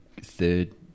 third